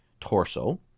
torso